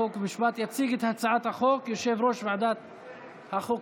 חוק ומשפט יציג את הצעת החוק יושב-ראש ועדת החוקה,